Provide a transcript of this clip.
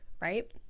right